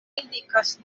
indikas